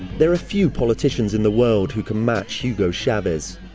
there are few politicians in the world who can match hugo chavez.